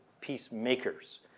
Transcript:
peacemakers